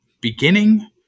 beginning